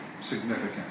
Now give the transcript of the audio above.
significant